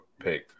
pick